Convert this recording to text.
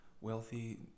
wealthy